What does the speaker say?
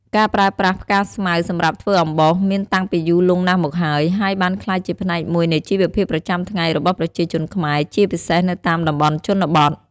ការប្រើប្រាស់ផ្កាស្មៅ សម្រាប់ធ្វើអំបោសមានតាំងពីយូរលង់ណាស់មកហើយ ហើយបានក្លាយជាផ្នែកមួយនៃជីវភាពប្រចាំថ្ងៃរបស់ប្រជាជនខ្មែរ ជាពិសេសនៅតាមតំបន់ជនបទ។។